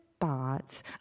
thoughts